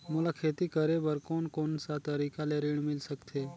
मोला खेती करे बर कोन कोन सा तरीका ले ऋण मिल सकथे?